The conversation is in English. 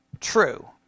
true